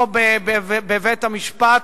או בבית-המשפט,